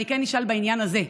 אני אשאל בעניין הזה.